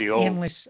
endless